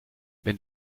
wenn